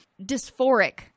dysphoric